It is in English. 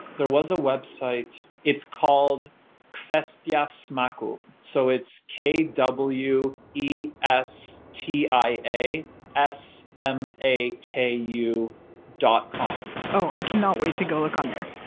there was a website, it's called kwestia yeah smaku. so it's k w e s t i a s m a k u dot com oh, i cannot wait to go look on there.